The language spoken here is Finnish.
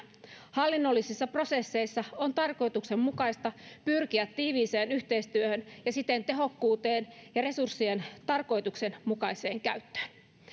hallinnollisissa prosesseissa on tarkoituksenmukaista pyrkiä tiiviiseen yhteistyöhön ja siten tehokkuuteen ja resurssien tarkoituksenmukaiseen käyttöön